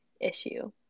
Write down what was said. issue